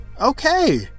Okay